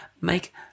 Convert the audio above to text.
make